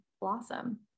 blossom